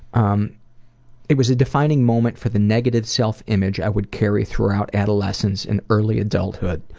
um it was a defining moment for the negative self-image i would carry throughout adolescence and early adulthood.